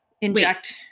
inject